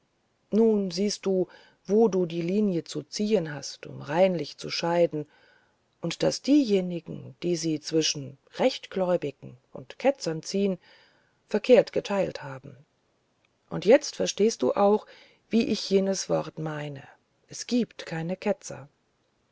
nun siehst du wo du die linie zu ziehen hast um reinlich zu scheiden und daß diejenigen die sie zwischen rechtgläubigen und ketzern ziehen verkehrt geteilt haben und jetzt verstehst du auch wie ich jenes wort meine es gibt keine ketzer